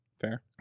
fair